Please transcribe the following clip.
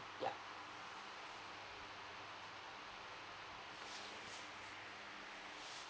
yup